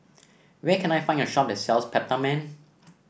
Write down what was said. where can I find a shop that sells Peptamen